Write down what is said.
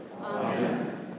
Amen